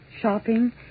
Shopping